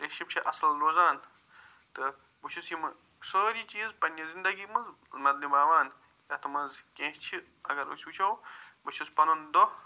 ریشِپ چھِ اصٕل روزان تہٕ بہٕ چھُس یِمہٕ سٲری چیٖز پنٛنہِ زندگی منٛز یَتھ منٛز کیٚنٛہہ چھِ اگر أسۍ وٕچھو بہٕ چھُس پنُن دۄہ